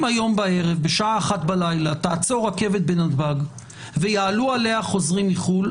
אם הערב בשעה 1:00 בלילה תעצור רכבת בנתב"ג ויעלו עליה חוזרים מחו"ל,